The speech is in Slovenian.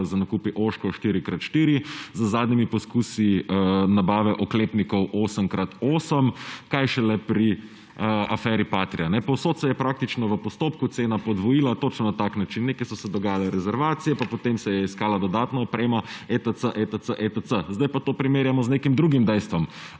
z nakupi Oshkosh 4x4, z zadnjimi poskusi nabave oklepnikov 8x8 kaj šele pri aferi Patria. Povsod se je praktično v postopku cena podvojila točno na tak način. Nekje so se dogajale rezervacije, potem se je iskala dodatna oprema etc etc etc, sedaj pa to primerjamo z nekim drugim dejstvo.